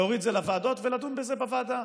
להוריד את זה לוועדות ולדון בזה בוועדה.